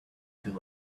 too